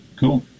Cool